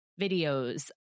videos